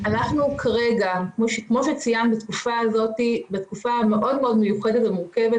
כמו שציינת אנחנו בתקופה המאוד מאוד מיוחדת ומורכבת.